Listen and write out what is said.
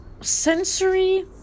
sensory